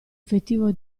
effettivo